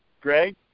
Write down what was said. Greg